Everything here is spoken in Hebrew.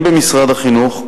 הן במשרד החינוך,